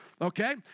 Okay